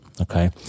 Okay